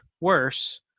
worse